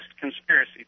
conspiracy